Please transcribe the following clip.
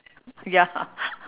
ya